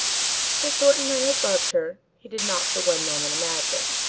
that thornton lyne had loved her, he did not for one moment imagine.